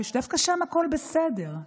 שדווקא שם הכול בסדר,